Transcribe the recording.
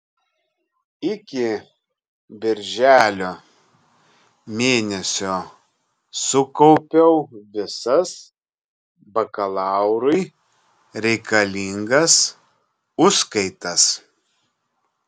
iki birželio mėnesio sukaupiau visas bakalaurui reikalingas užskaitas